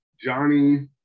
Johnny